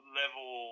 level